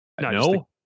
No